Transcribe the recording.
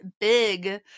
big